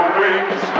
wings